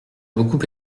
beaucoup